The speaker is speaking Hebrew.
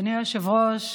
אדוני היושב-ראש,